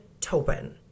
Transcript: Topin